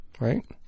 Right